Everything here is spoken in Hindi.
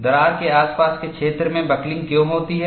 दरार के आसपास के क्षेत्र में बकलिंग क्यों होती है